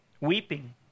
Weeping